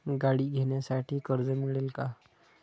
गाडी घेण्यासाठी कर्ज मिळेल का?